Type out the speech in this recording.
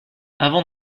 avant